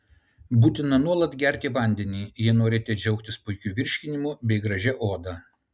būtina nuolat gerti vandenį jei norite džiaugtis puikiu virškinimu bei gražia oda